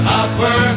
upper